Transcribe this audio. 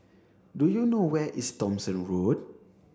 do you know where is Thomson Road